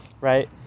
right